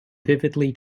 vividly